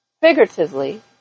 figuratively